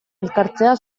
elkartzea